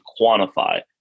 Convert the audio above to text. quantify